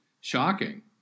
shocking